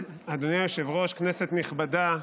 היושב-ראש, כנסת נכבדה,